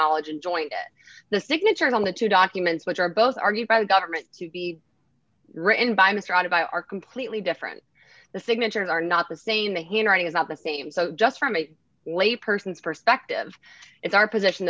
knowledge and joined the signatures on the two documents which are both argued by the government to be written by mr out of i are completely different the signatures are not the same the handwriting is not the same so just from a lay person's perspective it's our position